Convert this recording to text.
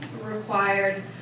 required